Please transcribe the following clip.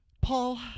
Paul